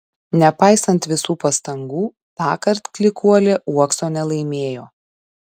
nepaisant visų pastangų tąkart klykuolė uokso nelaimėjo